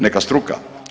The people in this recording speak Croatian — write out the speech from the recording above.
Neka struka?